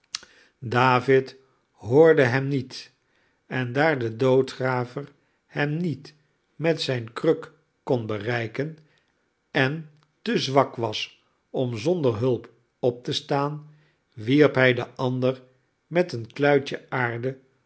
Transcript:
david hoorde hem niet en daar de doodgraver hem niet met zijne kruk kon bereiken en te zwak was om zonder hulp op te staan wierp hij den ander met een kluitje aarde